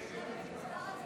הסתייגות 1 לא נתקבלה.